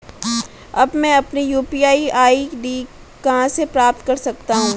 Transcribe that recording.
अब मैं अपनी यू.पी.आई आई.डी कहां से प्राप्त कर सकता हूं?